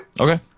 Okay